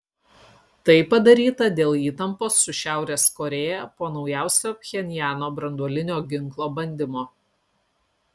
tai padaryta dėl įtampos su šiaurės korėja po naujausio pchenjano branduolinio ginklo bandymo